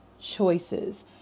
choices